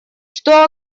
что